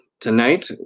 tonight